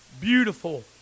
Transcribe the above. Beautiful